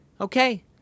okay